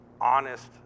honest